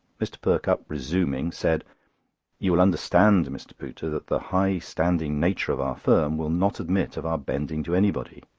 mr. perkupp, resuming, said you will understand, mr. pooter, that the high standing nature of our firm will not admit of our bending to anybody.